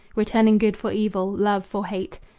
returning good for evil, love for hate,